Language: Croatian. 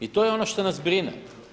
I to je ono što nas brine.